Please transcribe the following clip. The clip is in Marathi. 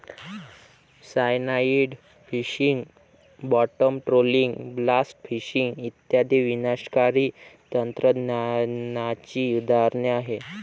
cyanide fishing, bottom trawling, blast fishing इत्यादी विनाशकारी तंत्रज्ञानाची उदाहरणे आहेत